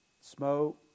Smoke